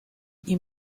nie